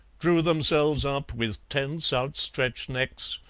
drew themselves up with tense outstretched necks,